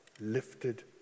lifted